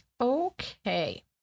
Okay